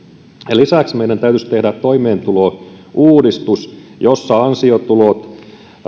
lisäksi meidän täytyisi tehdä toimeentulouudistus jossa ansiotulot